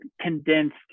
condensed